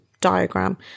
diagram